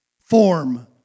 form